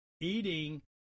Eating